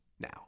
now